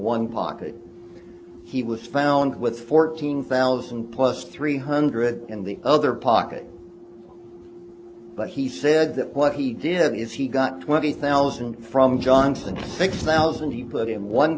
one pocket he was found with fourteen thousand plus three hundred in the other pocket but he said that what he did is he got twenty thousand from johnson six thousand he put in one